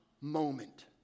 moment